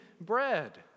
bread